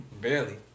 Barely